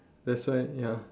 that's why ya